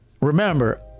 Remember